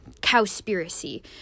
Cowspiracy